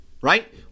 right